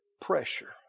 pressure